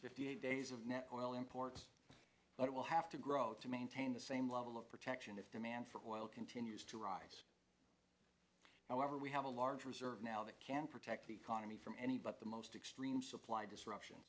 imports but it will have to grow to maintain the same level of protection if demand for oil continues to rise however we have a large reserve now that can protect the economy from any but the most extreme supply disruption